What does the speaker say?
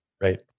right